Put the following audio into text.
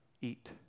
eat